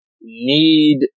need